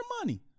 money